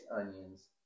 onions